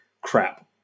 crap